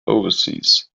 overseas